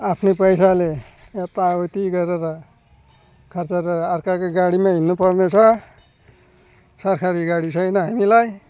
आफ्नै पैसाले यताउति गरेर खर्चेर अर्काको गाडीमा हिँड्नु पर्नेछ सरकारी गाडी छैन हामीलाई